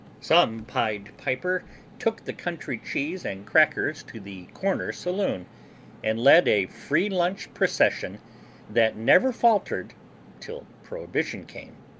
some pied piper took the country cheese and crackers to the corner saloon and led a free-lunch procession that never faltered till prohibition came.